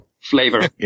flavor